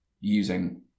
using